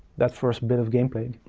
that first bit of game play.